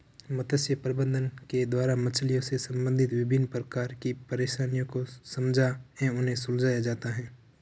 मत्स्य प्रबंधन के द्वारा मछलियों से संबंधित विभिन्न प्रकार की परेशानियों को समझा एवं उन्हें सुलझाया जाता है